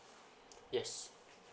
yes